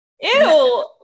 ew